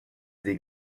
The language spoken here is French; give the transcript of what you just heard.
des